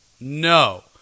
no